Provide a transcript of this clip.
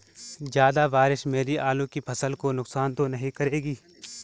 ज़्यादा बारिश मेरी आलू की फसल को नुकसान तो नहीं करेगी?